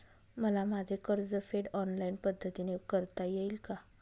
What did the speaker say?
मला माझे कर्जफेड ऑनलाइन पद्धतीने करता येईल का?